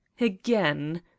Again